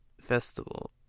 Festival